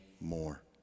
more